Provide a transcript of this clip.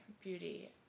beauty